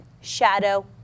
shadow